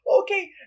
Okay